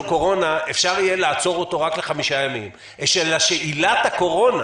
קורונה רק לחמישה ימים אלא שעילת הקורונה